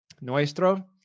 nuestro